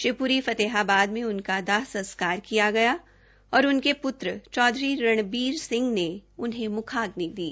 शिवपुरी फतेहाबाद में उसका उनका दाह संस्कार किया गया और उनके प्रत्र चौधरी रणबीर सिंह ने उन्हें म्खाग्नि दी